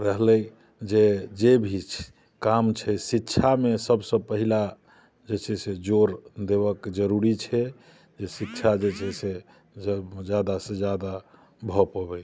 रहलै जे जे भी काम छै शिक्षामे सभसँ पहिने जे छै से जोर देबऽ के जरूरी छै जे शिक्षा जे छै से ज्यादासँ ज्यादा भऽ पबय